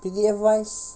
P_D_F wise